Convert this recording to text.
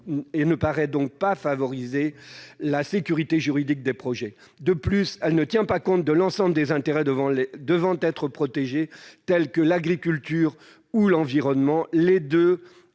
et ne paraît donc pas favoriser la sécurité juridique des projets. De plus, elle ne tient pas compte de l'ensemble des intérêts devant être protégés, par exemple ceux de l'agriculture ou de l'environnement, les deux